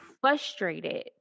frustrated